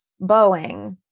Boeing